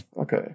Okay